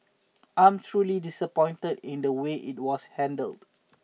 I'm truly disappointed in the way it was handled